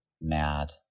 mad